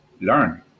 learn